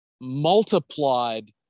multiplied